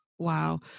Wow